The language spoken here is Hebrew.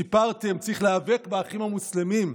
סיפרתם שצריך להיאבק באחים המוסלמים.